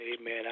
Amen